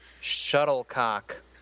shuttlecock